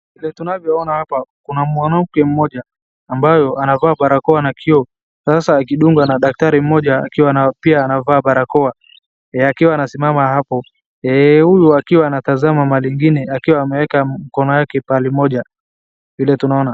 Tunavyo ona hapa kuna mwanamke ambayo anavaa barakoa na kioo sasa akindungwa na daktari mmoja akiwa pia anavaa barakoa akiwa anasimama hapo huyu akiwa anatazama mahali ingine akiwa ameweka mikono pahali moja vile tunaoana.